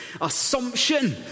assumption